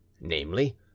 namely